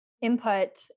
input